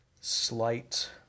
slight